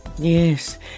Yes